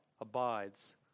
abides